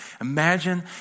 imagine